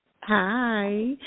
Hi